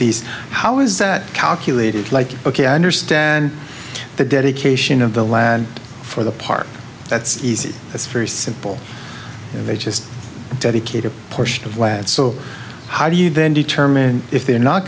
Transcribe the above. these how is that calculated like ok i understand the dedication of the land for the park that's easy it's very simple they just dedicate a portion of lad so how do you then determine if they're not